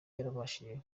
yarabashije